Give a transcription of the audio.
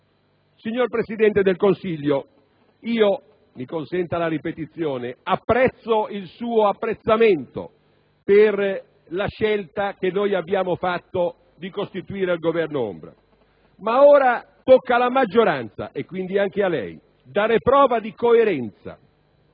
Signor Presidente del Consiglio, io, mi consenta la ripetizione, apprezzo il suo apprezzamento per la scelta che noi abbiamo fatto di costituire il Governo ombra, ma ora tocca alla maggioranza, e quindi anche a lei, dare prova di coerenza: